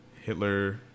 Hitler